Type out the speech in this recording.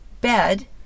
bed